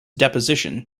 deposition